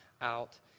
out